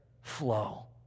flow